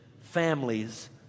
families